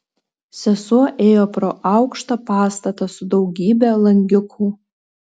sesuo ėjo pro aukštą pastatą su daugybe langiukų